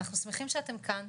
אנחנו שמחים שאתם כאן,